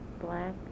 black